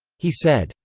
he said.